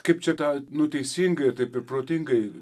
kaip čia tą nu teisingai taip ir protingai